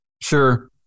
Sure